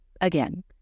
again